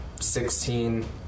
sixteen